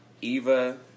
Eva